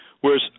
Whereas